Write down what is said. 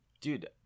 Dude